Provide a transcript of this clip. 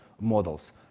models